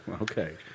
Okay